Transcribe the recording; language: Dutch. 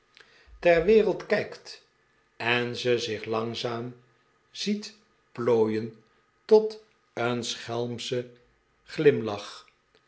ter wereld kijkt en ze zich langzaam ziet plooien tot een schelmschen glimlach